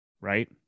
right